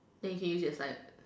then you can use just like